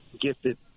gifted